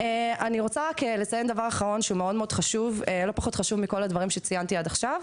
אני רוצה לציין דבר אחרון שלא פחות חשוב מכל הדברים שציינתי עד עכשיו,